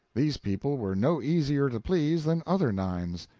these people were no easier to please than other nines.